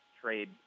trade